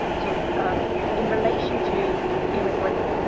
so um in relation to immigrant,